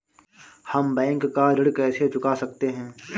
हम बैंक का ऋण कैसे चुका सकते हैं?